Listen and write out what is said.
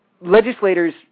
legislators